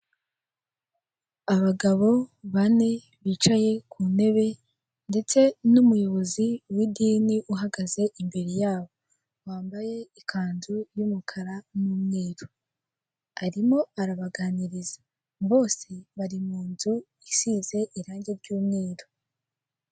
Abagabo bane bicaye ku ntebe ndetse n'umuyobozi w'idini uhagaze imbere yabo. Wambaye ikanzu y'umukara n'umweru, arimo arabaganiriza. Bose bari mu nzu isize irange ry'umweru.